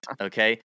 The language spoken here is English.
Okay